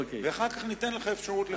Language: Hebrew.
ואחר כך ניתן לך אפשרות לפרט.